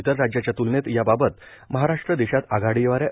इतर राज्याच्या त्लनेत याबाबत महाराष्ट्र देशात आघाडीवर आहे